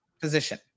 position